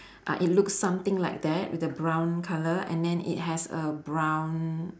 uh it looks something like that with a brown colour and then it has a brown